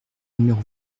numéro